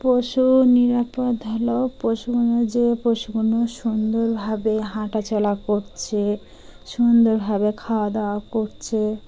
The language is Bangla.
পশু নিরাপদ হলো পশুগুলো যে পশুগুলো সুন্দরভাবে হাঁটাচলা করছে সুন্দরভাবে খাওয়া দাওয়া করছে